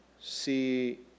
see